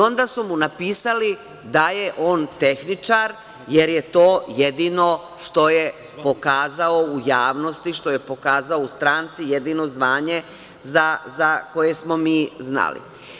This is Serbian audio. Onda su mu napisali da je on tehničar, jer je to jedino što je pokazao u javnosti, što je pokazao u stranci, jedino zvanje za koje smo mi znali.